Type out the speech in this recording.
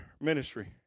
ministry